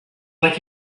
like